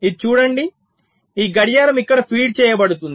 ఇది చూడండి ఈ గడియారం ఇక్కడ ఫీడ్ చేయబడుతుంది